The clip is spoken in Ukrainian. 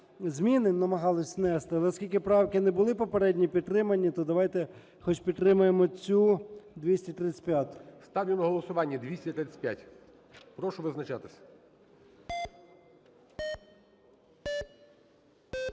зміни, намагалися внести, але оскільки правки не були попередні підтримані, то давайте хоч підтримаємо цю, 235-у. ГОЛОВУЮЧИЙ. Ставлю на голосування 235. Прошу визначатися.